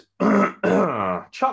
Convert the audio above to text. Chuck